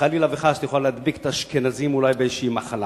וחלילה וחס את יכולה להדביק את האשכנזים אולי באיזה מחלה,